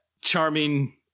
charming